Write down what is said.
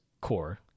core